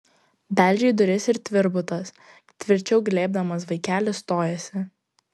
beldžia į duris ir tvirbutas tvirčiau glėbdamas vaikelį stojasi